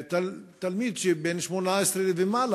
תלמיד שהוא בן 18 ומעלה,